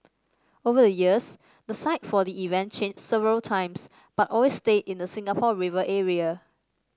over the years the site for the event changed several times but always stayed in the Singapore River area